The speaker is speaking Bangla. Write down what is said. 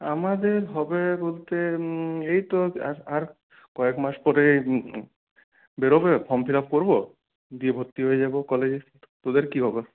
আমাদের হবে বলতে এই তো আর আর কয়েকমাস পরেই বেরোবে ফর্ম ফিলাপ করবো দিয়ে ভর্তি হয়ে যাবো কলেজে তোদের কি খবর